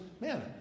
man